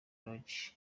lodge